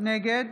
נגד